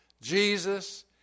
Jesus